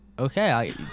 Okay